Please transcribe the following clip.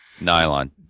Nylon